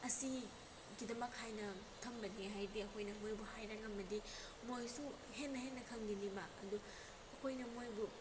ꯑꯁꯤꯒꯤꯗꯃꯛ ꯍꯥꯏꯅ ꯊꯝꯕꯅꯤ ꯍꯥꯏꯔꯗꯤ ꯑꯩꯈꯣꯏꯅ ꯃꯣꯏꯕꯨ ꯍꯥꯏꯔ ꯉꯝꯃꯗꯤ ꯃꯣꯏꯁꯨ ꯍꯦꯟꯅ ꯍꯦꯟꯅ ꯈꯪꯒꯅꯤꯕ ꯑꯗꯨ ꯑꯩꯈꯣꯏꯅ ꯃꯣꯏꯕꯨ